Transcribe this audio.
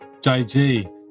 JG